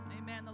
Amen